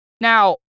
Now